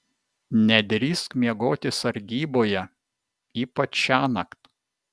nedrįsk miegoti sargyboje ypač šiąnakt